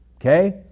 Okay